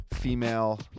female